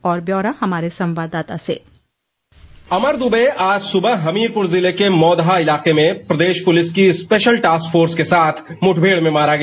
और ब्यौरा हमारे संवाददाता से अमर दुबे आज सुबह हमीरपुर जिले के मोधाह इलाके में प्रदेश पुलिस की स्पेशल टॉसफोर्स के साथ मुठभेड़ में मारा गया